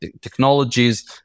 technologies